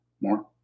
More